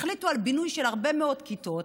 החליטו על בינוי של הרבה מאוד כיתות